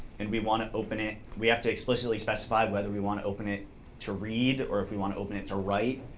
and we want to open it we have to explicitly specify whether we want to open it to read or if we want to open it to write.